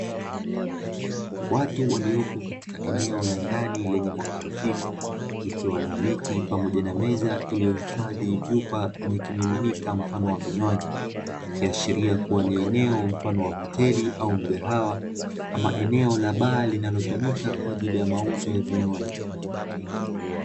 Watu waliopo katika eneo la ndani lenye mwanga hafifu kukiwa na viti pamoja na meza iliyohifadhi vyupa vyenye kimiminika mfano wa vinywaji ikiashiria kuwa ni eneo mfano wa hoteli au mgahawa ama eneo la baa linalotumika kwa ajili ya mauzo ya vinywaji.